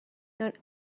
not